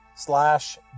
Slash